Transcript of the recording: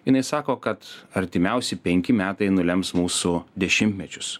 jinai sako kad artimiausi penki metai nulems mūsų dešimtmečius